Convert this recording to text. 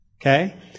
Okay